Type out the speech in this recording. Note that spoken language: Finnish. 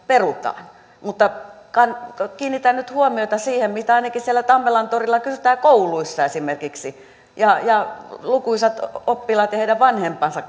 perutaan mutta kiinnitän nyt huomiota siihen mistä ainakin siellä tammelantorilla kysytään ja kouluissa esimerkiksi lukuisat oppilaat ja heidän vanhempansa